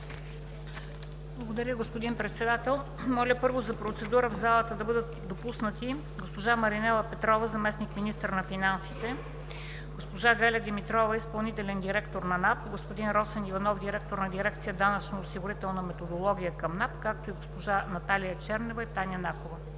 Благодаря, господин Председател. Моля, първо за процедура – в залата да бъдат допуснати госпожа Маринела Петрова – заместник-министър на финансите, госпожа Галя Димитрова – изпълнителен директор на НАП; господин Росен Иванов – директор на дирекция „Данъчно-осигурителна методология“ към НАП, както и госпожа Наталия Чернева и Таня Накова.